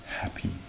Happy